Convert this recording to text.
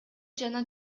жана